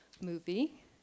movie